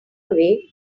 away